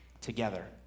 together